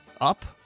up